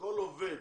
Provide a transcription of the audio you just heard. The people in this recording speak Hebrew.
כל עובד